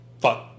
Fuck